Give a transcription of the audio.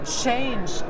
change